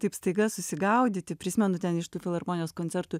taip staiga susigaudyti prisimenu ten iš tų filharmonijos koncertų